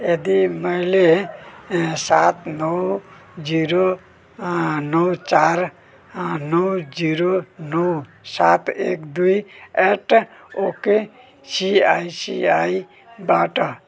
यदि मैले सात नौ जिरो नौ चार नौ जिरो नौ सात एक दुई एट ओके सिआइसिआईबाट